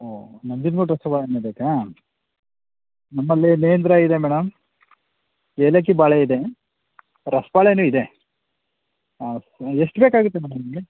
ಓಹ್ ನಂಜನ್ಗೂಡು ರಸಬಾಳೆ ಹಣ್ಣೇ ಬೇಕಾ ನಮ್ಮಲ್ಲಿ ನೇಂದ್ರ ಇದೆ ಮೇಡಮ್ ಏಲಕ್ಕಿ ಬಾಳೆ ಇದೆ ರಸಬಾಳೆನೂ ಇದೆ ಹಾಂ ಎಷ್ಟು ಬೇಕಾಗಿತ್ತು ಮೇಡಮ್ ನಿಮಗೆ